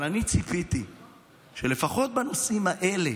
אבל אני ציפיתי שלפחות בנושאים האלה,